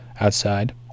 outside